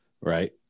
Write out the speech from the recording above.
Right